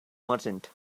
merchant